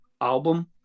album